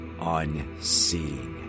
unseen